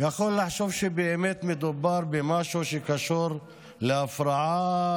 יכול לחשוב שבאמת מדובר במשהו שקשור להפרעה,